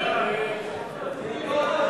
הצעת סיעת